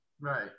Right